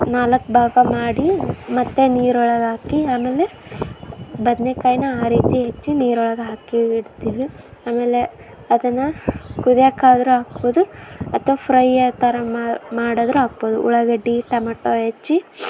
ನಾಲ್ಕು ಭಾಗ ಮಾಡಿ ಮತ್ತೆ ನೀರೊಳಗಾಕಿ ಆಮೇಲೆ ಬದನೆಕಾಯ್ನ ಆ ರೀತಿ ಹೆಚ್ಚಿ ನೀರೊಳಗೆ ಹಾಕಿ ಇಡ್ತೀವಿ ಆಮೇಲೆ ಅದನ್ನು ಕುದಿಯೋಕ್ಕಾದ್ರೂ ಹಾಕ್ಬೋದು ಅಥವಾ ಫ್ರೈ ಆ ಥರ ಮಾಡಿದ್ರು ಹಾಕ್ಬೋದು ಉಳ್ಳಾಗಡ್ಡೆ ಟಮಾಟೊ ಹೆಚ್ಚಿ